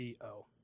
CO